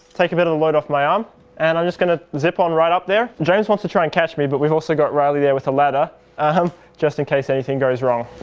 take a bit of the load off my arm um and i'm just gonna zip on right up there james wants to try and catch me but we've also got riley there with a ladder ah um just in case anything goes wrong.